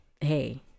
hey